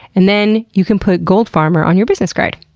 and then you can put gold farmer on your business card!